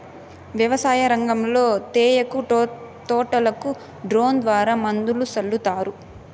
వ్యవసాయ రంగంలో తేయాకు తోటలకు డ్రోన్ ద్వారా మందులు సల్లుతారు